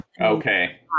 okay